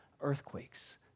Earthquakes